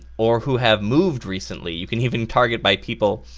or who have moved recently. you can even target by people,